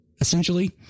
essentially